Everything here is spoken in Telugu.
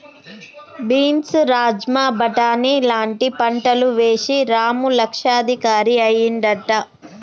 బీన్స్ రాజ్మా బాటని లాంటి పంటలు వేశి రాము లక్షాధికారి అయ్యిండట